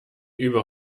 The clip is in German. über